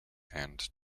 and